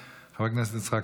חברת הכנסת קארין אלהרר,